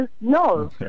no